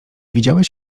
widziałeś